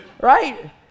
Right